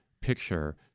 picture